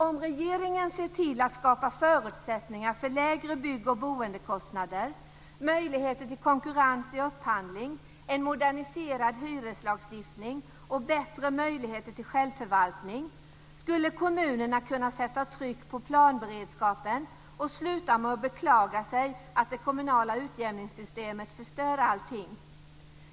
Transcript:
Om regeringen ser till att skapa förutsättningar för lägre bygg och boendekostnader, möjligheter till konkurrens i upphandlingen, en moderniserad hyreslagstiftning och bättre möjligheter till självförvaltning, skulle kommunerna kunna sätta tryck på planberedskapen och sluta med att beklaga sig över att det kommunala utjämningssystemet förstör allting.